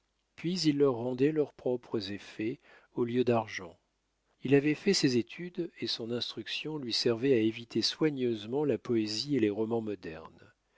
puis il leur rendait leurs propres effets au lieu d'argent il avait fait ses études et son instruction lui servait à éviter soigneusement la poésie et les romans modernes